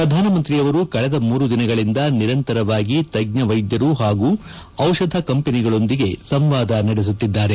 ಪ್ರಧಾನಮಂತ್ರಿ ಅವರು ಕಳೆದ ಮೂರು ದಿನಗಳಿಂದ ನಿರಂತರವಾಗಿ ತಜ್ಜ ವೈದ್ಯರು ಹಾಗೂ ದಿಷಧ ಕಂಪನಿಗಳೊಂದಿಗೆ ಸಂವಾದ ನಡೆಸುತ್ತಿದ್ದಾರೆ